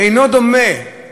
אינו דומה,